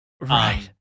Right